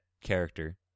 character